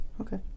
Okay